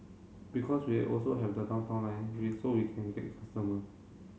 because we are also have the Downtown Line we so we can still get customer